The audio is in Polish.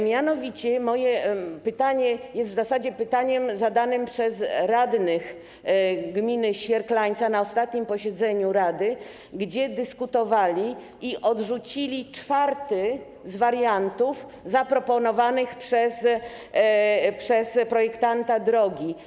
Mianowicie moje pytanie jest w zasadzie pytaniem zadanym przez radnych gminy Świerklaniec na ostatnim posiedzeniu rady, gdzie dyskutowano i odrzucono czwarty z wariantów zaproponowanych przez projektanta drogi.